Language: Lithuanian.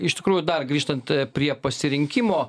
iš tikrųjų dar grįžtant prie pasirinkimo